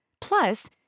Plus